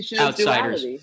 outsiders